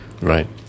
right